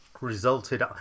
resulted